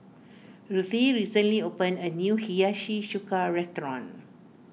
Ruthie recently opened a new Hiyashi Chuka restaurant